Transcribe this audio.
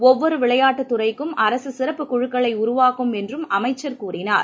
ஒவ்வொரு விளையாட்டுத் துறைக்கும் அரசு சிறப்பு குழுக்களை உருவாக்கும் என்றும் அமைச்சர் தெரிவித்தார்